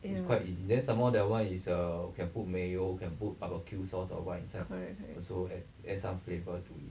yeah